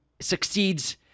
succeeds